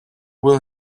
will